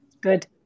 good